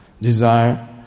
Desire